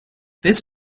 this